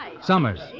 Summers